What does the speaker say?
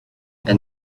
and